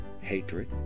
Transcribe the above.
hatred